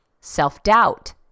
Self-doubt